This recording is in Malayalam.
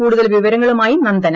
കൂടുതൽ വിവരങ്ങളുമായി നന്ദന